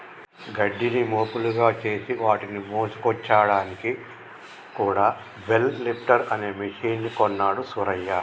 గడ్డిని మోపులుగా చేసి వాటిని మోసుకొచ్చాడానికి కూడా బెల్ లిఫ్టర్ అనే మెషిన్ కొన్నాడు సూరయ్య